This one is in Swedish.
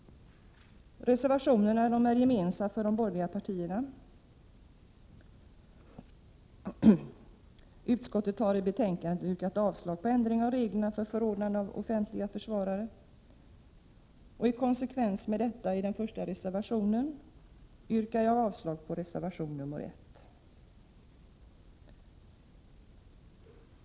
Reservationerna är gemensamma för de borgerliga partierna. Utskottet har i betänkandet yrkat avslag på en ändring av reglerna för förordnande av offentlig försvarare, och i konsekvens med detta yrkar jag avslag på reservation nr 1.